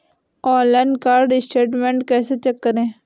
Online card statement कैसे check करें?